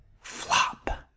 Flop